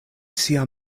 sia